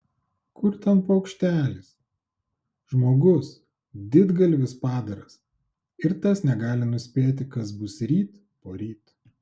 kur ten paukštelis žmogus didgalvis padaras ir tas negali nuspėti kas bus ryt poryt